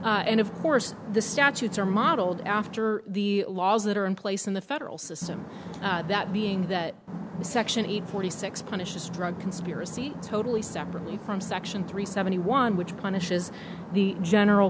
and of course the statutes are modeled after the laws that are in place in the federal system that being that section eight forty six punishes drug conspiracy totally separately from section three seventy one which punishes the general